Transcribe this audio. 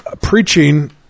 Preaching